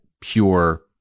pure